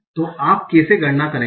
तो आप कैसे गणना करेंगे